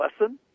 lesson